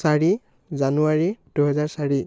চাৰি জানুৱাৰী দুহেজাৰ চাৰি